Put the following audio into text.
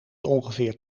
ongeveer